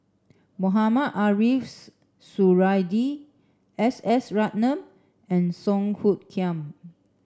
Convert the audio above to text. Mohamed Ariff Suradi S S Ratnam and Song Hoot Kiam